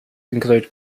include